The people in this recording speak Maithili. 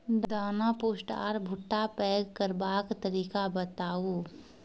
दाना पुष्ट आर भूट्टा पैग करबाक तरीका बताऊ?